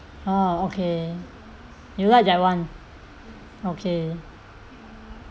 oh okay you like that one okay